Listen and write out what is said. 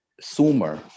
Sumer